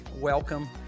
welcome